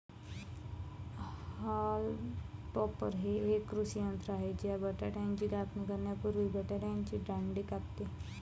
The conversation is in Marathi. हॉल्म टॉपर हे एक कृषी यंत्र आहे जे बटाट्याची कापणी करण्यापूर्वी बटाट्याचे दांडे कापते